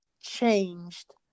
changed